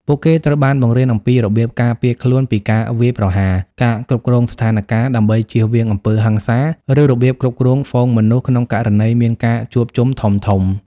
ពួកគេត្រូវបានបង្រៀនអំពីរបៀបការពារខ្លួនពីការវាយប្រហារ ការគ្រប់គ្រងស្ថានការណ៍ដើម្បីជៀសវាងអំពើហិង្សា ឬរបៀបគ្រប់គ្រងហ្វូងមនុស្សក្នុងករណីមានការជួបជុំធំៗ។